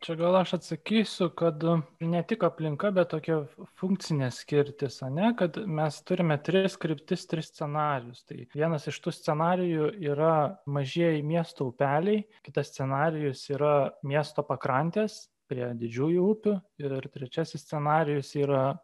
čia gal aš atsakysiu kad ne tik aplinka bet tokia funkcinė skirtis ar ne kad mes turime tris kryptis tris scenarijus tai kiekvienas iš tų scenarijų yra mažieji miestų upeliai kitas scenarijus yra miesto pakrantės prie didžiųjų upių ir trečiasis scenarijus yra